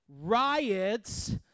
Riots